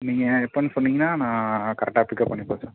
நீங்கள் எப்போன்னு சொன்னீங்கன்னா நான் கரெக்டாக பிக்அப் பண்ணிப்பேன் சார்